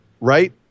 right